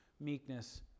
meekness